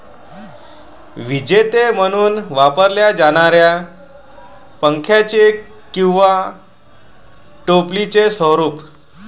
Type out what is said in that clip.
विजेते म्हणून वापरल्या जाणाऱ्या पंख्याचे किंवा टोपलीचे स्वरूप